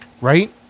Right